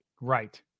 Right